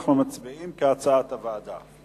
אנחנו מצביעים כהצעת הוועדה.